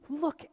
look